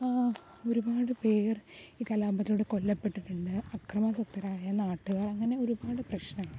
ഒരുപാട് പേർ ഈ കലാപത്തിലൂടെ കൊല്ലപ്പെട്ടിട്ടുണ്ട് അക്രമാസക്തരായ നാട്ടുകാർ അങ്ങനെ ഒരുപാട് പ്രശ്നങ്ങൾ